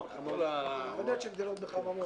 עגבניות שגדלות חממות,